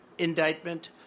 Indictment